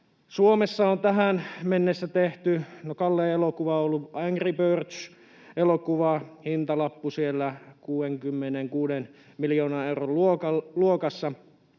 Suomessa tähän mennessä tehty kallein elokuva on ollut Angry Birds ‑elokuva, hintalappu siellä 66 miljoonan euron luokassa,